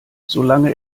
solange